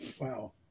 Wow